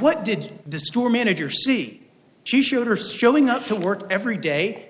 what did this store manager see she shooter strolling up to work every day